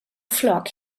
flock